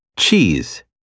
Cheese